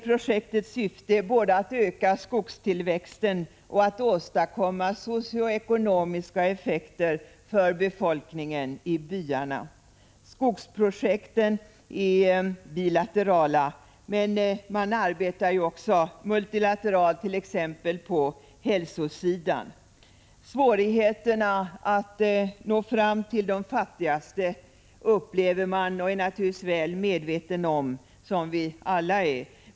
Projektets syfte är både att öka skogstillväxten och att åstadkomma socioekonomiska effekter för befolkningen i byarna. Skogsprojekten är bilaterala, men man arbetar också multilateralt, t.ex. på hälsosidan. Svårigheterna att nå fram till de fattigaste är man naturligtvis väl medveten om, som vi alla är.